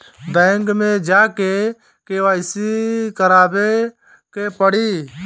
Bank मे जा के के.वाइ.सी करबाबे के पड़ी?